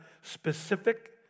specific